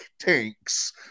tanks